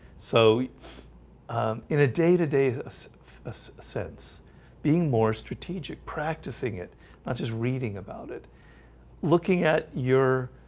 so in a day-to-day this sense being more strategic practicing it not just reading about it looking at your